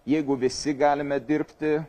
jeigu visi galime dirbti